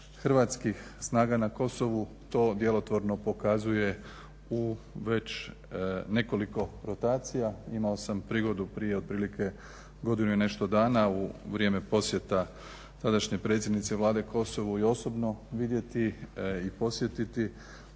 hrvatskih snaga na Kosovu to djelotvorno pokazuje u već nekoliko rotacija. Imao sam prigodu prije otprilike godinu i nešto dana u vrijeme posjeta tadašnje predsjednice Vlade Kosovu i osobno vidjeti i posjetiti